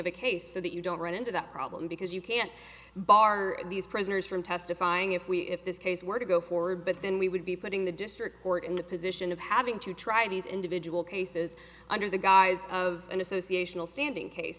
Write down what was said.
of the case so that you don't run into that problem because you can't bar these prisoners from testifying if we if this case were to go forward but then we would be putting the district court in the position of having to try these individual cases under the guise of an association a standing case